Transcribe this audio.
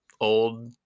old